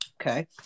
Okay